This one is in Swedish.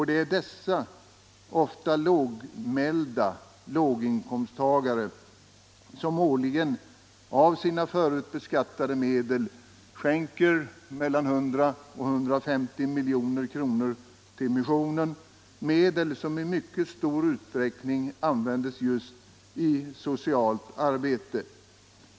Det är dessa ofta lågmälda låginkomsttagare som årligen av sina förut beskattade medel skänker mellan etthundra och etthundrafemtio miljoner kronor till missionen —- medel som i mycket stor utsträckning användes just i socialt arbete.